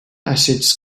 acids